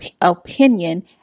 opinion